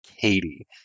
Katie